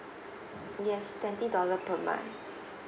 yes twenty dollar per month